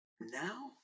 Now